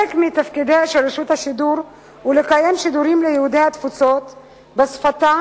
אחד מתפקידיה של רשות השידור הוא לקיים שידורים ליהודי התפוצות בשפתם,